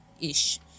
ish